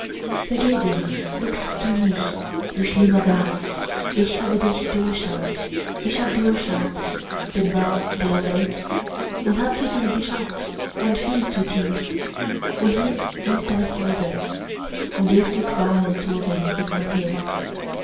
vergebens lockst du mich du schlimmer gast ich habe dich durchschaut ich hab durchschaut den bau der welt und hab zu viel geschaut und viel zu tief und hin ist alle freude und ewge qualen zogen in mein herz